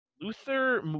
Luther